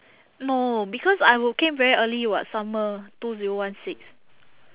no because I wo~ came very early [what] summer two zero one six